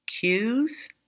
cues